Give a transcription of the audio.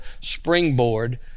springboard